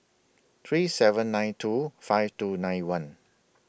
three seven nine two five two nine one